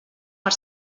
per